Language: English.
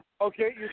Okay